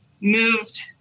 moved